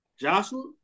Joshua